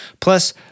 Plus